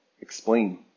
explain